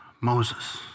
Moses